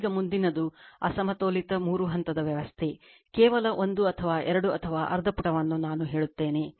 ಈಗ ಮುಂದಿನದು ಅಸಮತೋಲಿತ ಮೂರು ಹಂತದ ವ್ಯವಸ್ಥೆ ಕೇವಲ ಒಂದು ಅಥವಾ ಎರಡು ಅಥವಾ ಅರ್ಧ ಪುಟವನ್ನು ನಾನು ಹೇಳುತ್ತೇನೆ